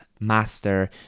Master